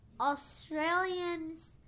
Australians